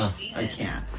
i can't!